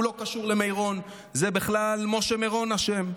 הוא לא קשור למירון, זה בכלל משה מירון אשם,